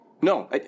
No